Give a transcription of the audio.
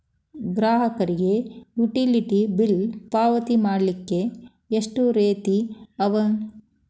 ಗ್ರಾಹಕರಿಗೆ utility bill ಪಾವತಿ ಮಾಡ್ಲಿಕ್ಕೆ ಎಷ್ಟ ರೇತಿ ಅವ?